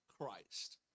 Christ